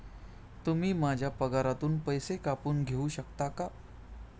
तुम्ही माझ्या पगारातून पैसे कापून घेऊ शकता का?